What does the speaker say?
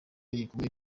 gikomeye